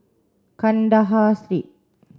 Kandahar Street